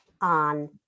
on